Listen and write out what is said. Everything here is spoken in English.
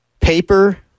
Paper